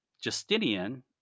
Justinian